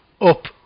up